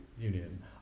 Union